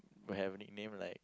will have nickname like